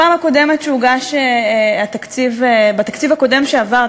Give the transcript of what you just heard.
בתקציב הקודם שעבר,